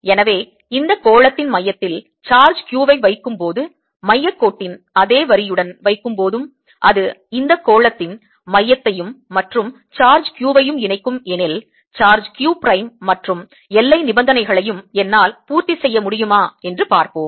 எனவே இந்த கோளத்தின் மையத்தில் சார்ஜ் q வை வைக்கும் போதும் மையக்கோட்டின் அதே வரியுடன் வைக்கும் போதும் அது இந்தக் கோளத்தின் மையத்தையும் மற்றும் சார்ஜ் q வையும் இணைக்கும் எனில் சார்ஜ் q பிரைம் மற்றும் எல்லை நிபந்தனைகளையும் என்னால் பூர்த்தி செய்ய முடியுமா என்று பார்ப்போம்